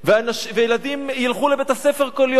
וילדים ילכו לבית-הספר כל יום.